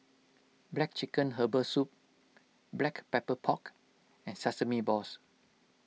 Black Chicken Herbal Soup Black Pepper Pork and Sesame Balls